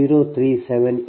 03788 109